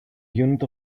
unit